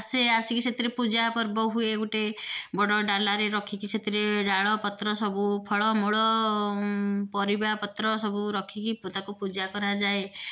ଆସେ ଆସିକି ସେଥିରେ ପୂଜା ପର୍ବ ହୁଏ ଗୋଟେ ବଡ଼ ଡାଲାରେ ରଖିକି ସେଥିରେ ଡାଳ ପତ୍ର ସବୁ ଫଳମୂଳ ପରିବା ପତ୍ର ସବୁ ରଖିକି ତାକୁ ପୂଜା କରଯାଏ